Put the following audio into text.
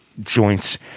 joints